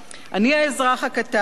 אני האזרח הקטן.